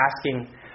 asking